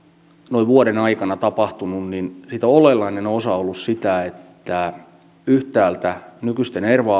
noin vuoden aikana tapahtunut olennainen osa on ollut sitä että yhtäältä nykyisillä erva